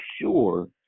sure